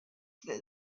that